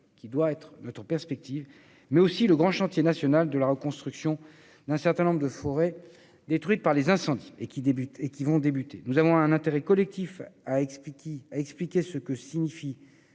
qui doit être notre perspective, mais aussi au grand chantier national de la reconstruction d'un certain nombre de forêts détruites par les incendies, qui va débuter. Nous avons un intérêt collectif à expliquer ce que signifie